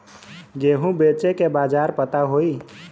गेहूँ बेचे के बाजार पता होई?